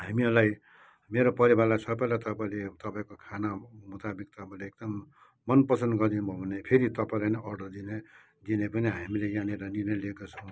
हामीलाई मेरो परिवारलाई सबैलाई तपाईँले तपाईँको खाना मुताबिक तपाईँले एकदम मनपसन्द गरिदिनु भयो भने फेरि तपाईँलाई नै अर्डर दिने दिने पनि हामीले यहाँनिर निर्णय लिएको छौँ